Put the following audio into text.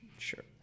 sure